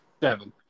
Seven